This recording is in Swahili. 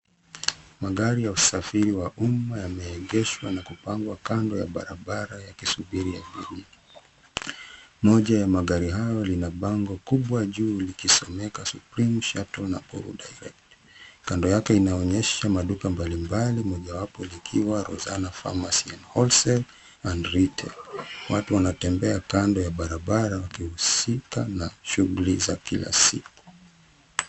Magari ya usafiri wa umma yameegeshwa na kupangwa kando ya barabara yakisubiri abiria. Moja ya magari hayo lina bango kubwa juu likisomeka Supreme Shuttle Nakuru Direct. Kando yake inaonyesha maduka mbalimbali moja wapo likiwa Ruzana Pharmacy and Wholesale and Retail. Watu wanatembea kando ya barabara wakihusika na shughuli za kila siku.